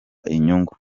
inyungu